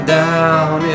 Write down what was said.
down